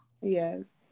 Yes